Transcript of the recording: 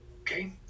okay